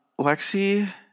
Lexi